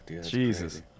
Jesus